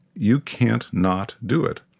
you can't not do it,